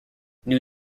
new